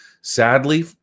sadly